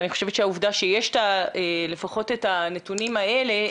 אני חושבת שהעובדה שיש לפחות את הנתונים האלה,